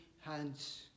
hands